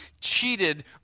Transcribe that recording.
cheated